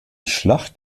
schlacht